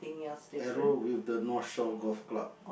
arrow with the north shore golf club